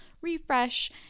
refresh